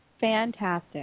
Fantastic